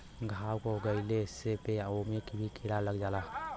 घाव हो गइले पे ओमे भी कीरा लग जाला